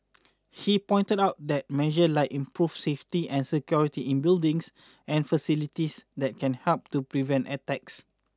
he pointed out that measures like improving safety and security in buildings and facilities that can help to prevent attacks